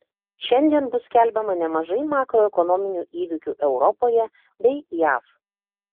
šiandien bus skelbiama nemažai makroekonominių įvykių europoje bei jav